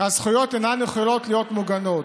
"הזכויות אינן יכולות להיות מוגנות.